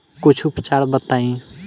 कुछ उपचार बताई?